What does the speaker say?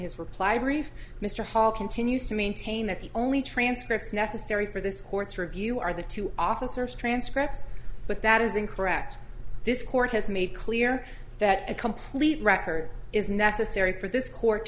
his reply brief mr hall continues to maintain that the only transcripts necessary for this court's review are the two officers transcripts but that is incorrect this court has made clear that a complete record is necessary for this court